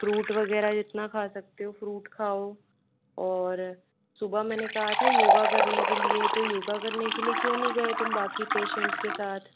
fruit वगैरह जितना खा सकते हो फ्रूट खाओ और सुबह मैंने कहा था योगा करने के लिए तो योगा करने के लिए क्यों नहीं गये तुम बाकी पेशेंट के साथ